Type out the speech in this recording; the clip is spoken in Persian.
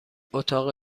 اتاق